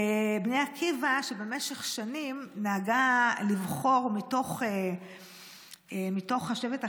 בני עקיבא במשך שנים נהגה לבחור מדריכים מתוך השבט החדש,